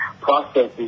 processes